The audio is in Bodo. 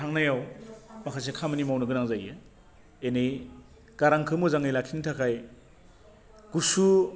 थांनायाव माखासे खामानि मावनो गोनां जायो एनै गारांखौ मोजां लाखिनो थाखाय गुसु